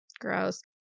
Gross